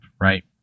right